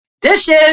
dishes